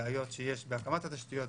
בעיות שיש בהקמת התשתיות,